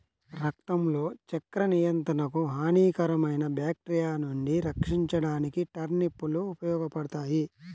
రక్తంలో చక్కెర నియంత్రణకు, హానికరమైన బ్యాక్టీరియా నుండి రక్షించడానికి టర్నిప్ లు ఉపయోగపడతాయి